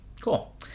Cool